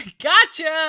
gotcha